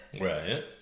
Right